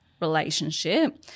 relationship